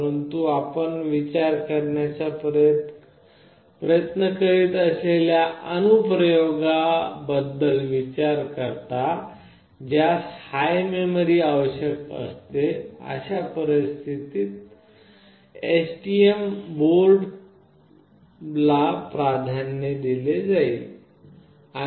परंतु जेव्हा आपण तयार करण्याचा प्रयत्न करीत असलेल्या अनुप्रयोगाबद्दल विचार करता ज्यास हायर मेमरी आवश्यक असते अशा परिस्थितीत STM बोर्डला प्राधान्य दिले जाईल